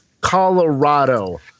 Colorado